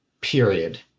period